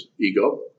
ego